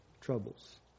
troubles